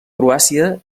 croàcia